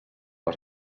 has